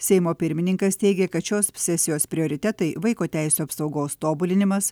seimo pirmininkas teigė kad šios sesijos prioritetai vaiko teisių apsaugos tobulinimas